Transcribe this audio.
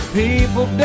people